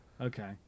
Okay